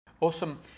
Awesome